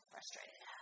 Frustrated